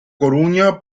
coruña